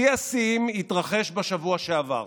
שיא השיאים התרחש בשבוע שעבר,